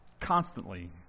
constantly